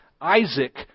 Isaac